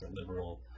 liberal